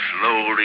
slowly